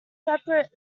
separate